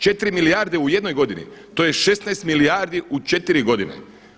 4 milijarde u jednoj godini, to je 16 milijardi u 4 godine.